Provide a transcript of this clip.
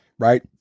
Right